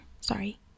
Sorry